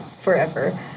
forever